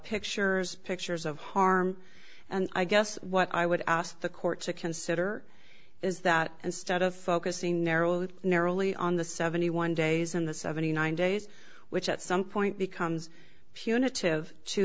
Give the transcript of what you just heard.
pictures pictures of harm and i guess what i would ask the court to consider is that instead of focusing narrowed narrowly on the seventy one days and the seventy nine days which at some point become